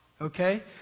Okay